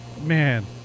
Man